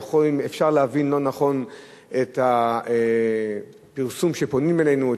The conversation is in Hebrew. שאפשר להבין לא נכון את הפרסום כשפונים אלינו,